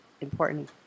important